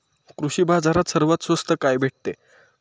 कृषी बाजारात सर्वात स्वस्त काय भेटते?